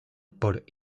por